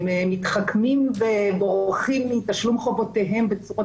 הם מתחכמים ובורחים מתשלום חובותיהם בצורות